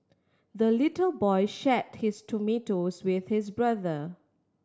the little boy share his tomatoes with his brother